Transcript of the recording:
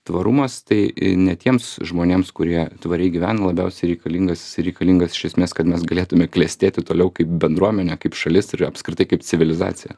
tvarumas tai ne tiems žmonėms kurie tvariai gyvena labiausiai reikalingas jisai tai reikalingas iš esmės kad mes galėtume klestėti toliau kaip bendruomenė kaip šalis ir apskritai kaip civilizacija